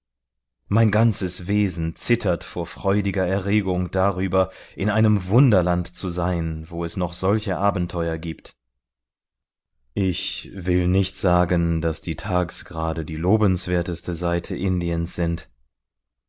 mein ganzes wesen zittert vor freudiger erregung darüber in einem wunderland zu sein wo es noch solche abenteuer gibt ich will nicht sagen daß die thags gerade die lobenswerteste seite indiens sind